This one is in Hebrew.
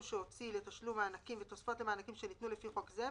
שהוציא לתשלום מענקים ותוספות למענקים שניתנו לפי חוק זה,